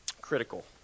critical